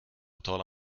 tala